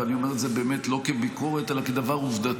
ואני אומר את זה לא כביקורת אלא כדבר עובדתי.